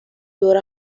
دور